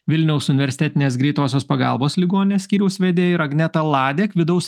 vilniaus universitetinės greitosios pagalbos ligoninės skyriaus vedėja ir agneta ladek vidaus